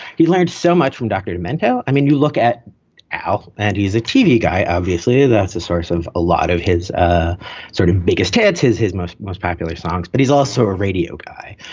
he learned so much from dr. demento. i mean, you look at al and he's a tv guy obviously, that's a source of a lot of his sort of biggest hands. his his most most popular songs. but he's also a radio guy.